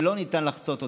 שלא ניתן לחצות אותם,